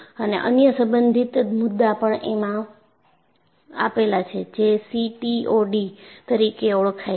અને અન્ય સંબંધિત મુદ્દા પણ એમાં આપેલા છે જે સીટીઓડી તરીકે ઓળખાય છે